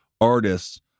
artists